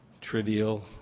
trivial